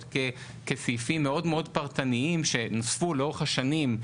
כסעיפים מאוד פרטניים שנוספו לאורך השנים,